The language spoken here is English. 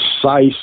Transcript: precise